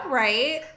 right